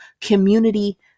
community